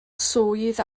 swydd